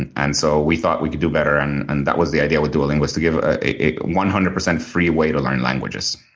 and and so we thought we could do better, and and that was the idea with duolingo was to give ah a one hundred percent free way to learn languages.